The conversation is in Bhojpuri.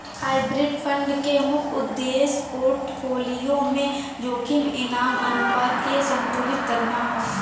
हाइब्रिड फंड क मुख्य उद्देश्य पोर्टफोलियो में जोखिम इनाम अनुपात के संतुलित करना हौ